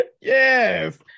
Yes